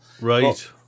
Right